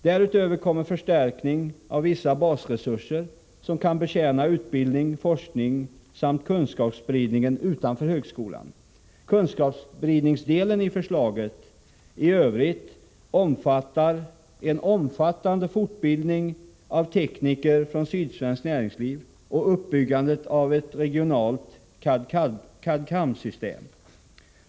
Därtill kommer förstärkning av vissa basresurser som kan betjäna utbildning, forskning samt kunskapsspridningen utanför högskolan. Kunskapsspridningsdelen i förslaget i övrigt omfattar en betydande fortbildning av tekniker från sydsvenskt näringsliv och uppbyggandet av ett regionalt CAD/CAM-system.